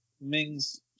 mings